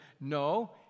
no